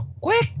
quick